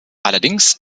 allerdings